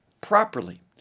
properly